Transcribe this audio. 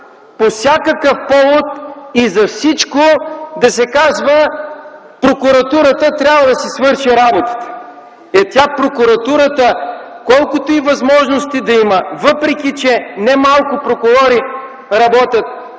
по всякакъв повод и за всичко да се казва: „Прокуратурата трябва да си свърши работата.” Е, тя прокуратурата колкото и възможности да има, въпреки че не малко прокурори работят